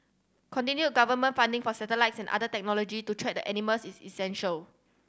continued government funding for satellites and other technology to track the animals is essential